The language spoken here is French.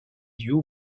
liu